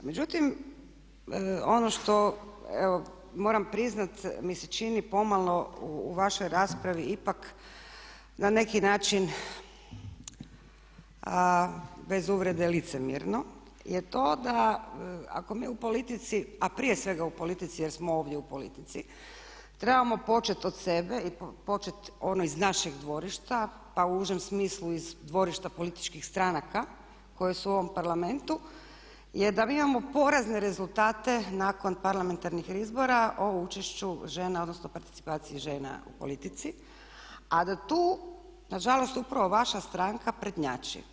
Međutim, ono što moram priznati mi se čini pomalo u vašoj raspravi ipak na neki način bez uvrede licemjerno je to da ako mi u politici a prije svega u politici jer smo ovdje u politici trebamo početi od sebe i početi ono iz našeg dvorišta pa u užem smislu iz dvorišta političkih stranaka koje su u ovom parlamentu je da mi imamo porazne rezultate nakon parlamentarnih izbora o učešću žena odnosno participaciji žena u politici a da tu nažalost upravo vaša stranka prednjači.